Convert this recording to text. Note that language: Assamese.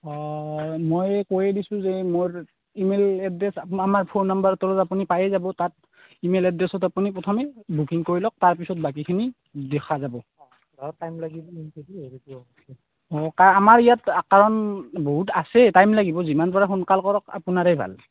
অঁ মই কৈয়ে দিছো যে মোৰ ইমেইল এড্ৰেছ আ আমাৰ ফোন নাম্বাৰ আপুনি পায়ে যাব তাত ইমেইল এড্ৰেছত আপুনি প্ৰথমে বুকিং কৰি লওক তাৰ পিছত আপুনি বাকিখিনি দেখা যাব আমাৰ ইয়াত কাৰণ বহুত আছেই টাইম লাগিব যিমান পাৰে সোনকাল কৰক আপোনাৰে ভাল